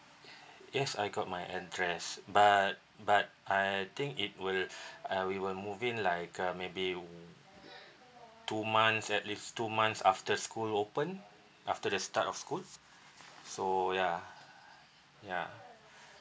yes I got my address but but I think it will uh we will move in like uh maybe two months at least two months after school open after the start of school so ya ya